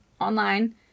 online